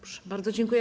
Bardzo dziękuję.